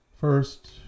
first